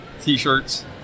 T-shirts